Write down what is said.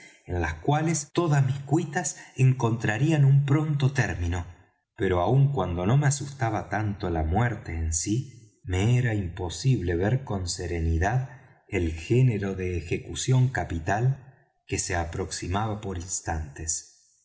en las cuales todas mis cuitas encontrarían un pronto término pero aun cuando no me asustaba tanto la muerte en sí me era imposible ver con serenidad el género de ejecución capital que se aproximaba por instantes